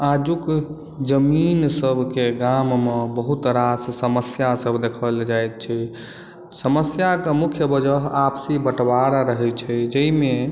आजुक जमीन सब के गाम मे बहुत रास समस्या सब देखल जाइत छै समस्याक मुख्य वजह आपसी बँटवारा रहै छै जाहिमे